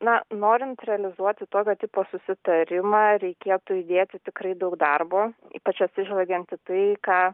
na norint realizuoti tokio tipo susitarimą reikėtų įdėti tikrai daug darbo ypač atsižvelgiant į tai ką